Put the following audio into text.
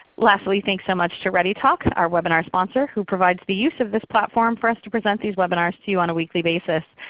lastly, thank so much to readytalk our webinar sponsor who provides the use of this platform for us to present these webinars to you on a weekly basis.